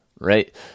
Right